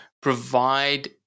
provide